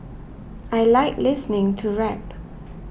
I like listening to rap